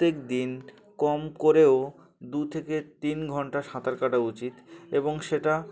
প্রত্যেক দিন কম করেও দু থেকে তিন ঘণ্টা সাঁতার কাটা উচিত এবং সেটা